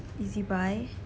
ezbuy